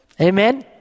Amen